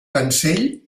cancell